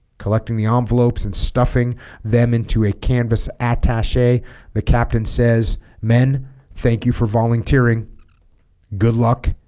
collecting the envelopes and stuffing them into a canvas attache the captain says men thank you for volunteering good luck